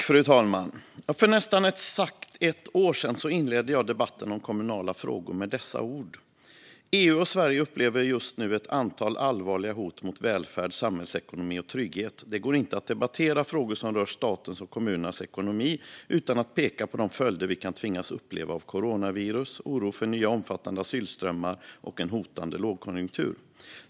Fru talman! För nästan exakt ett år sedan inledde jag debatten om kommunala frågor med dessa ord: "EU och Sverige upplever just nu ett antal allvarliga hot mot välfärd, samhällsekonomi och trygghet. Det går inte att debattera frågor som rör statens och kommunernas ekonomi utan att peka på de följder vi kan tvingas uppleva av coronavirus, oro för nya omfattande asylströmmar och en hotande lågkonjunktur.